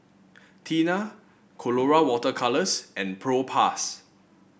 Tena Colora Water Colours and Propass